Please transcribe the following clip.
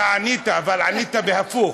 אתה ענית, אבל ענית בהפוך.